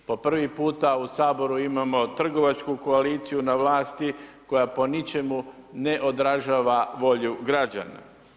Po prvi puta u Saboru imamo trgovačku koaliciju na vlasti koja po ničemu ne odražava volju građana.